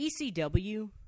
ECW